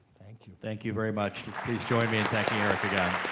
thank you. thank you very much. please join me in thanking eric again.